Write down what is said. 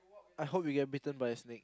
I hope you get bitten by a snake